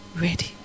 ready